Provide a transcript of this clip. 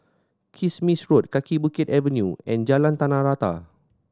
Kismis Road Kaki Bukit Avenue and Jalan Tanah Rata